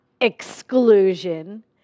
exclusion